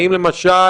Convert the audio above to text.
האם למשל